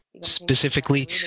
specifically